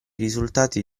risultati